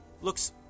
looks